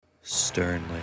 sternly